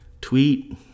Tweet